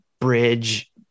bridge